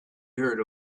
heard